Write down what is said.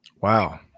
Wow